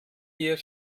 hier